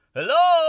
Hello